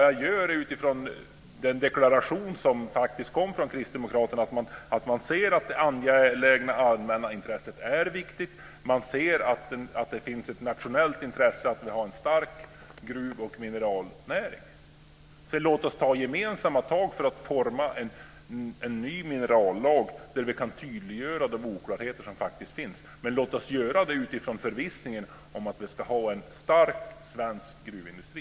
Jag gör detta utifrån den deklaration som faktiskt kom från Kristdemokraterna om att man ser att det angelägna allmänna intresset är viktigt och att man ser att det finns ett nationellt intresse av att vi har en stark gruv och mineralnäring. Låt oss sedan ta gemensamma tag för att forma en ny minerallag där vi kan tydliggöra de oklarheter som faktiskt finns, men låt oss göra det utifrån förvissningen att vi ska ha en stark svensk gruvindustri.